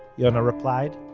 yonah replied.